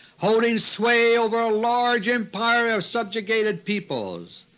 holding sway over a large empire of subjugated peoples.